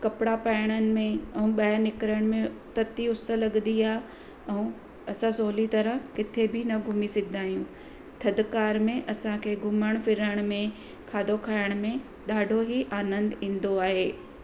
कपिड़ा पाएणनि में ऐं ॿाहिरि निकरण में तती उस लगदी आहे ऐं असां सवली तरह किथे बी न घुमी सघंदा आहियूं थदकार में असांखे घुमण फिरण में खाधो खाएण में ॾाढो ई आनंद ईंदो आहे